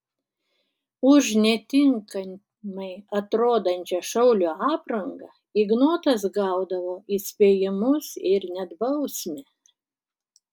už netinkamai atrodančią šaulio aprangą ignotas gaudavo įspėjimus ir net bausmę